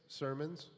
sermons